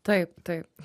taip taip